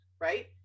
right